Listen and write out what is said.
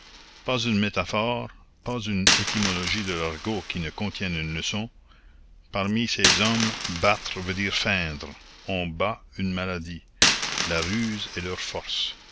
pas une métaphore pas une étymologie de l'argot qui ne contienne une leçon parmi ces hommes battre veut dire feindre on bat une maladie la ruse est leur force